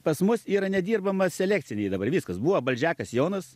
pas mus yra nedirbama selekciniai dabar viskas buvo baldžiakas jonas